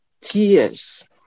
tears